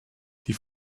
die